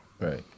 Right